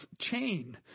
chain